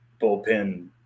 bullpen